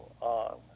on